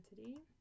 Identity